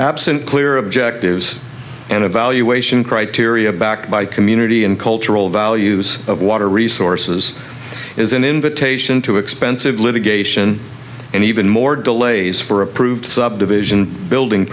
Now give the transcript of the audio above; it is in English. absent clear objectives and evaluation criteria backed by community and cultural values of water resources is an invitation to expensive litigation and even more delays for approved subdivision building